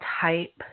type